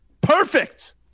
Perfect